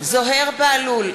זוהיר בהלול,